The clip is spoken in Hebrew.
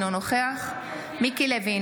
אינו נוכח מיקי לוי,